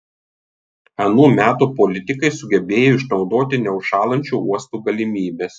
anų metų politikai sugebėjo išnaudoti neužšąlančio uosto galimybes